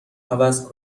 عوض